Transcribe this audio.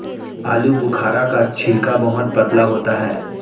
आलूबुखारा का छिलका बहुत पतला होता है